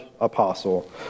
apostle